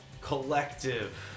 collective